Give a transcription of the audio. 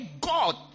God